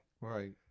Right